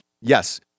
Yes